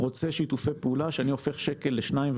אני רוצה שיתופי פעולה שאני הופך שקל לשניים,